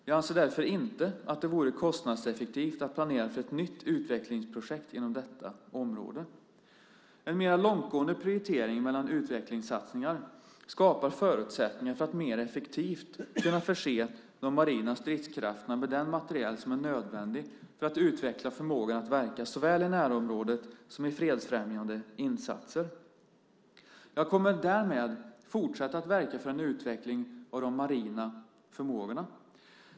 Jag anser därför inte att det vore kostnadseffektivt att planera för ett nytt utvecklingsprojekt inom detta område. En mer långtgående prioritering mellan utvecklingssatsningarna skapar förutsättningar för att mer effektivt förse de marina stridskrafterna med den materiel som är nödvändig för att utveckla förmågan att verka såväl i närområdet som i fredsfrämjande insatser. Jag kommer därmed att fortsätta verka för en utveckling av de marina förmågorna.